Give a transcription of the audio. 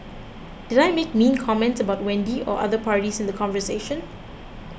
did I make mean comments about Wendy or other parties in the conversation